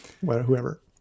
whoever